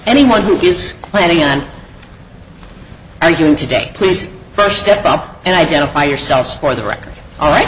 anyone who gives planning on doing today please first step up and identify yourself for the record all right